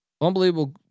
Unbelievable